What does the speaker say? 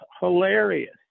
hilarious